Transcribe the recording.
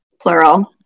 plural